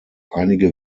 einige